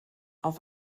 auf